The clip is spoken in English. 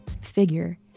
figure